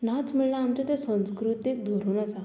नाच म्हणल्यार आमचे संस्कृतीक धरून आसा